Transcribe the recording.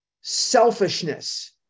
selfishness